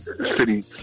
city